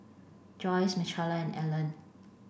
Joi Michaela Allan